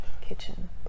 kitchen